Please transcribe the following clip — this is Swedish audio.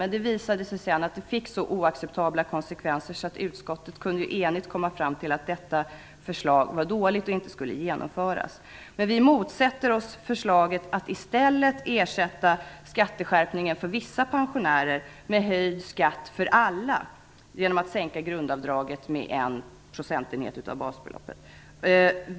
Sedan visade det sig dock att det fick oacceptabla konsekvenser, och utskottet kunde enigt komma fram till att förslaget inte borde genomföras. Men vi motsätter oss förslaget att ersätta en sådan skatteskärpning för vissa pensionärer med höjd skatt för alla genom en sänkning av grundavdraget med en procentenhet av basbeloppet.